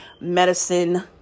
medicine